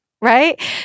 Right